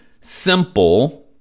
simple